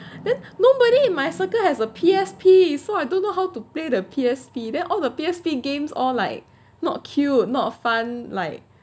then nobody in my circle has a P_S_P so I don't know how to play the P_S_P then all the P_S_P games or like not cute not fun like